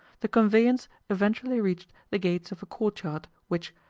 the conveyance eventually reached the gates of a courtyard which,